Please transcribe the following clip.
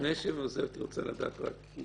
לפני שהיא עוזבת היא רוצה לדעת רק,